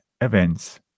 events